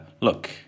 look